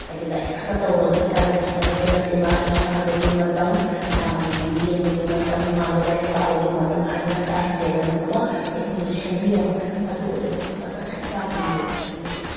ꯍꯥꯏꯗꯤ ꯂꯥꯏꯔꯤꯛ ꯈꯛꯇ ꯇꯧꯔꯒ ꯏꯆꯥꯗꯣ ꯂꯩꯍꯟꯒꯗꯕ ꯅꯠꯇꯦ ꯃꯥꯒꯤ ꯁꯥꯟꯅꯕꯒꯤ ꯃꯇꯝ ꯃꯥꯒꯤ ꯇꯤ ꯚꯤ ꯌꯦꯡꯕꯒꯤ ꯃꯇꯝ ꯃꯥꯒꯤ ꯂꯥꯏꯔꯤꯛ ꯄꯥꯕꯒꯤ ꯃꯇꯝ ꯍꯥꯏꯗꯅ ꯇꯥꯏꯝ ꯇꯦꯕꯜ ꯑꯃ ꯑꯩꯈꯣꯏꯅ ꯁꯦꯝꯕꯤꯔꯕ ꯑꯗꯨ ꯑꯣꯏꯔꯒꯗꯤ ꯐꯖꯅ ꯏꯆꯥꯁꯤꯡꯁꯦ ꯑꯩ